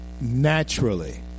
naturally